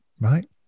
right